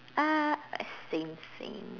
ah same same